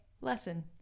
lesson